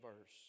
verse